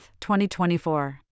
2024